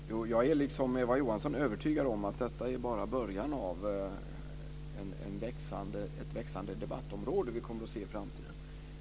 Fru talman! Jag är liksom Eva Johansson övertygad om att detta bara är början på ett växande debattområde som vi kommer att se i framtiden.